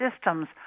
systems